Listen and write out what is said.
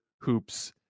hoops